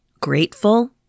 grateful